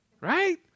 right